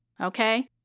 Okay